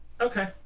Okay